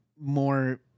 more